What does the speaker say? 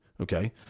Okay